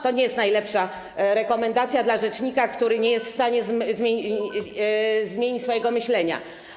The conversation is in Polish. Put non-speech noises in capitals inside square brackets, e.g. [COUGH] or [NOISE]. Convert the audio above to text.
To nie jest najlepsza rekomendacja dla rzecznika, [NOISE] który nie jest w stanie zmienić swojego myślenia.